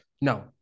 No